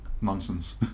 nonsense